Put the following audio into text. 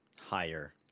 Higher